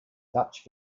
dutch